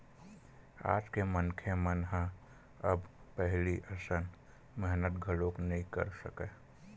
आज के मनखे मन ह अब पहिली असन मेहनत घलो नइ कर सकय